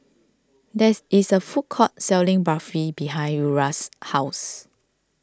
there's is a food court selling Barfi behind Uriah's house